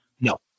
No